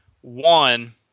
one